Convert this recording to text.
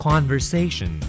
Conversation